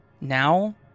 now